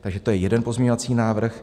Takže to je jeden pozměňovací návrh.